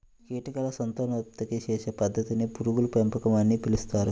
కీటకాల సంతానోత్పత్తి చేసే పద్ధతిని పురుగుల పెంపకం అని పిలుస్తారు